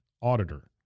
Auditor